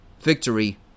victory